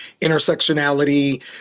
intersectionality